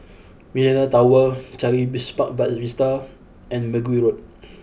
Millenia Tower Changi Business Park Vista and Mergui Road